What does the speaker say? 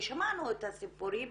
ושמענו את הסיפורים